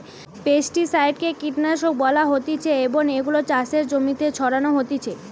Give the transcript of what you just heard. pesticide কে কীটনাশক বলা হতিছে এবং এগুলো চাষের জমিতে ছড়ানো হতিছে